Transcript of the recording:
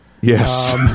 Yes